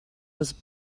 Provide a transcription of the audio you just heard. was